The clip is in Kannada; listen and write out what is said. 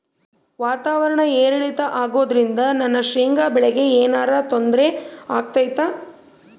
ವಾತಾವರಣ ಏರಿಳಿತ ಅಗೋದ್ರಿಂದ ನನ್ನ ಶೇಂಗಾ ಬೆಳೆಗೆ ಏನರ ತೊಂದ್ರೆ ಆಗ್ತೈತಾ?